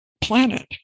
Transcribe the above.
planet